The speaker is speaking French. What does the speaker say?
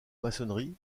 maçonnerie